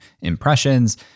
impressions